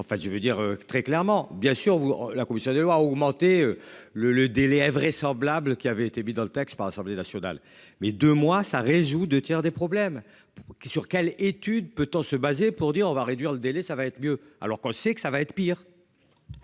en fait je veux dire très clairement. Bien sûr vous. La commission des lois, augmenter le, le délai est vraisemblable qui avait été mis dans le texte par l'Assemblée nationale mais 2 mois ça résout 2 tiers des problèmes. Qui et sur quelles études. Peut-on se baser pour dire on va réduire le délai, ça va être mieux alors qu'on sait que ça va être pire.